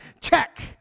check